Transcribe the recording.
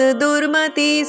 durmati